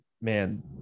Man